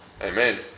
Amen